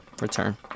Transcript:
return